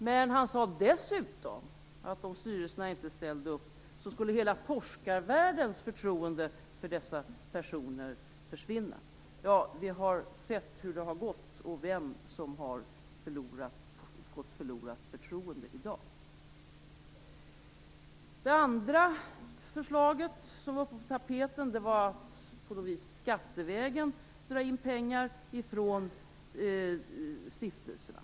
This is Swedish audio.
Men han sade dessutom att om styrelserna inte ställde upp skulle hela forskarvärldens förtroende för dessa personer försvinna. Vi har sett hur det har gått och vem som har förlorat förtroendet. Det andra förslaget som var på tapeten var att på något vis skattevägen dra in pengar från stiftelserna.